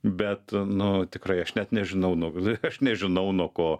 bet nu tikrai aš net nežinau nu aš nežinau nuo ko